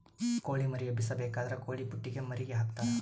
ಕೊಳಿ ಮರಿ ಎಬ್ಬಿಸಬೇಕಾದ್ರ ಕೊಳಿಪುಟ್ಟೆಗ ಮರಿಗೆ ಹಾಕ್ತರಾ